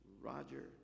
Roger